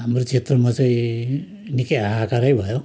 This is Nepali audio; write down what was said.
हाम्रो क्षेत्रमा चाहिँ निकै हाहाकारै भयो